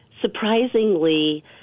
surprisingly